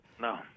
No